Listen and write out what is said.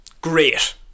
great